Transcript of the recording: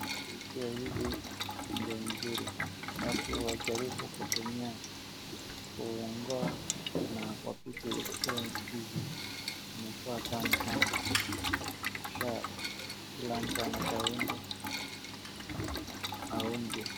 Ikiwa hivi ndio mzuri, watu wajaribu kutumia, kuongoa na wapike ikiwa hivi. Inakua tamu sana, kisha kila mtu anafaa aende aonje.